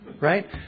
Right